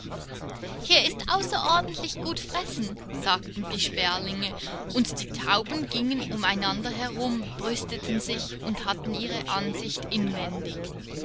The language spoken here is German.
hier ist außerordentlich gut fressen sagten die sperlinge und die tauben gingen um einander herum brüsteten sich und hatten ihre ansicht inwendig